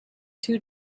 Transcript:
two